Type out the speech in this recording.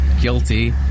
guilty